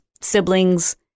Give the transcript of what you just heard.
siblings